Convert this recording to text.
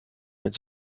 mit